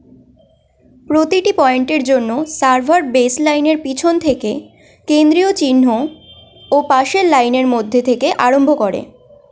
প্রতিটি পয়েন্টের জন্য সার্ভার বেসলাইনের পিছন থেকে কেন্দ্রীয় চিহ্ন ও পাশের লাইনের মধ্যে থেকে আরম্ভ করে